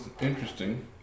interesting